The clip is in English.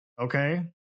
Okay